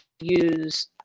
use